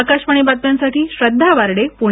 आकाशवाणी बातम्यांसाठी श्रद्धा वार्डे पूणे